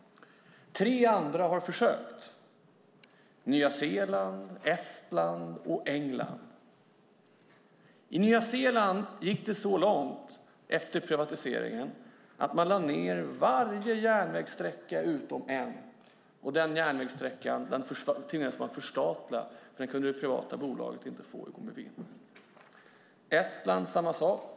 Tre andra har försökt: Nya Zeeland, Estland och Storbritannien. I Nya Zeeland gick det så långt, efter privatiseringen, att man lade ned alla järnvägssträckor utom en, och den järnvägssträckan tvingades man förstatliga, för det privata bolaget kunde inte få den att gå med vinst. I Estland var det samma sak.